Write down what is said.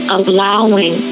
allowing